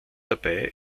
dabei